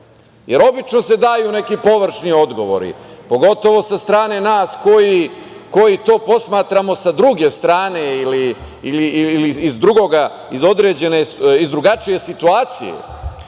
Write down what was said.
sela. Obično se daju neki površni odgovori, pogotovo sa strane nas koji to posmatramo sa druge strane ili iz drugačije situacije.